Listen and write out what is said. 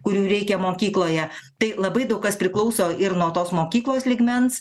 kurių reikia mokykloje tai labai daug kas priklauso ir nuo tos mokyklos lygmens